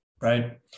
right